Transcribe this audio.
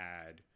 add